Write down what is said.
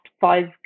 five